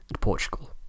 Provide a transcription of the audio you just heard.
Portugal